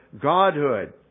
Godhood